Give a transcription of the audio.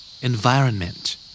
Environment